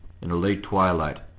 in a late twilight,